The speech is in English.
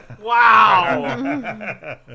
Wow